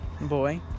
Boy